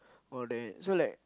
all that so like